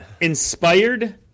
Inspired